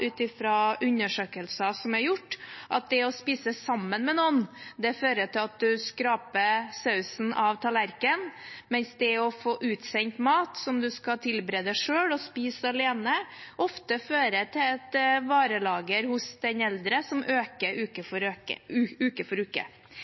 ut fra undersøkelser som er gjort, at det å spise sammen med noen fører til at du skraper sausen av tallerkenen, mens det å få utsendt mat som du skal tilberede selv og spise alene, ofte fører til et varelager hos den eldre som øker uke